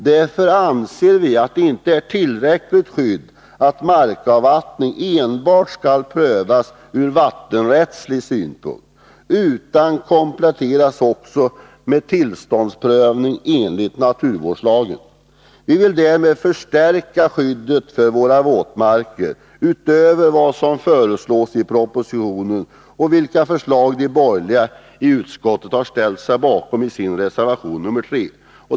Vi anser att det inte är tillräckligt skydd att markavvattning skall prövas enbart ur vattenrättslig synpunkt, utan att man bör komplettera med tillståndsprövning enligt naturvårdslagen. Vi vill därmed förstärka skyddet för våra våtmarker utöver det som föreslås i propositionen och som de borgerliga har ställt sig bakom i reservation 3.